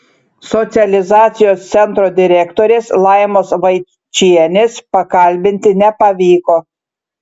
socializacijos centro direktorės laimos vaičienės pakalbinti nepavyko